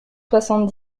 soixante